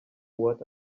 what